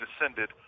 descended